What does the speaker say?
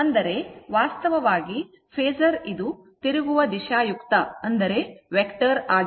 ಅಂದರೆ ವಾಸ್ತವವಾಗಿ ಫೇಸರ್ ಇದು ತಿರುಗುವ ದಿಶಾಯುಕ್ತ ಆಗಿದೆ